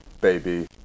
baby